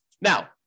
now